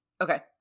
Okay